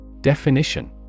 Definition